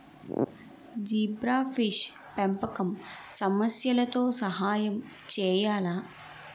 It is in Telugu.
జీబ్రాఫిష్ పెంపకం సమస్యలతో సహాయం చేయాలా?